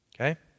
okay